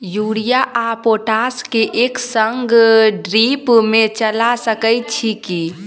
Urea आ potash केँ एक संगे ड्रिप मे चला सकैत छी की?